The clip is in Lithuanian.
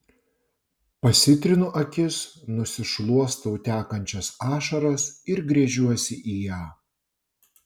pasitrinu akis nusišluostau tekančias ašaras ir gręžiuosi į ją